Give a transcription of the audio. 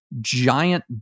giant